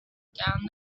down